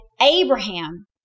Abraham